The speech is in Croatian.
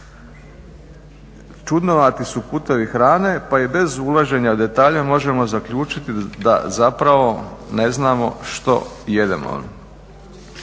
Čudnovati su putevi hrane pa i bez ulaženja u detalje možemo zaključiti da zapravo ne znamo što jedemo.